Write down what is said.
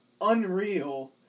unreal